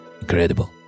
incredible